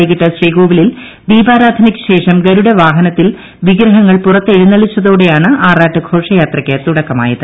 വൈകിട്ട് ശ്രീകോവിലിൽ ദീപാരാധനയ്ക്കു ശേഷം ഗരുഡവാഹനത്തിൽ വിഗ്രഹങ്ങൾ പുറത്തെഴുന്നള്ളിച്ചതോടെയാണ് ആറാട്ട് ഘോഷയാത്രയ്ക്ക് തുടക്കമായത്